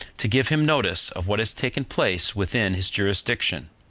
to give him notice of what has taken place within his jurisdiction.